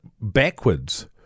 backwards